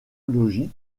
mêle